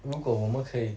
如果我们可以